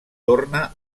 torna